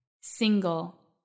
Single